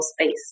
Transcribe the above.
space